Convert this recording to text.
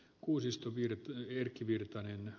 kuusisto virtanen erkki virtanen